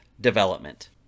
development